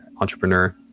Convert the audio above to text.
entrepreneur